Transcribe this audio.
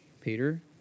Peter